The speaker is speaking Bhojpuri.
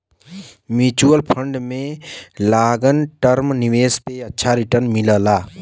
म्यूच्यूअल फण्ड में लॉन्ग टर्म निवेश पे अच्छा रीटर्न मिलला